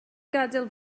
gadael